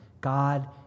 God